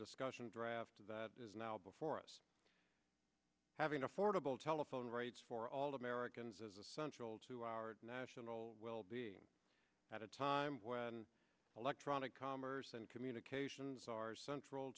discussion drafted that is now before us having affordable telephone rates for all americans as essential to our national well being at a time when electronic commerce and communications are central